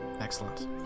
Excellent